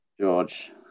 George